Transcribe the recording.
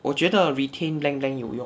我觉得 retain blank blank 有用